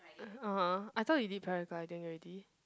(uh huh) I thought you did paragliding already